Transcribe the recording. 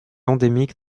endémique